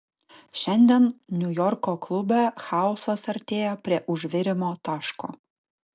šiandien niujorko klube chaosas artėja prie užvirimo taško